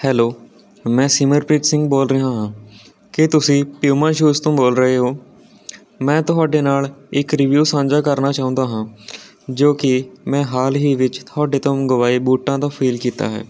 hello ਮੈਂ ਸਿਮਰਪ੍ਰੀਤ ਸਿੰਘ ਬੋਲ ਰਿਹਾ ਹਾਂ ਕੀ ਤੁਸੀਂ ਪਿਊਮਾ ਸ਼ੂਜ਼ ਤੋਂ ਬੋਲ ਰਹੇ ਹੋ ਮੈਂ ਤੁਹਾਡੇ ਨਾਲ ਇੱਕ ਰਿਵੀਊ ਸਾਂਝਾ ਕਰਨਾ ਚਾਹੁੰਦਾ ਹਾਂ ਜੋ ਕਿ ਮੈਂ ਹਾਲ ਹੀ ਵਿੱਚ ਤੁਹਾਡੇ ਤੋਂ ਮੰਗਵਾਏ ਬੂਟਾਂ ਤੋਂ ਫੀਲ ਕੀਤਾ ਹੈ